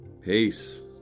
Peace